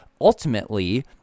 ultimately